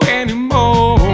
anymore